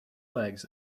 legs